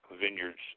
vineyards